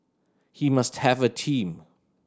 he must have a team